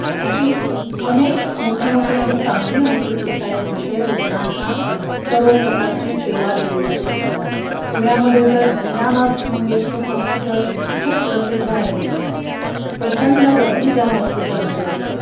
ते अशी अनेक मोठी मोठी आणि चांगली हॉस्पिटल्स आहेत जिथे रुगणांना सर्व प्रकारची सेवा दिली जाते पुण्यामध्ये तर दीनानाथ मंगेशकर हॉस्पिटल खूप प्रसिद्ध आहे प्रचंड गर्दी त्या हॉस्पिटलमध्ये असते